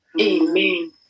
amen